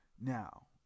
now